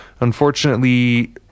unfortunately